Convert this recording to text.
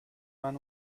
man